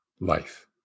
life